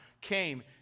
came